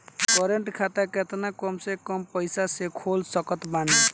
Current खाता केतना कम से कम पईसा से खोल सकत बानी?